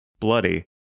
Bloody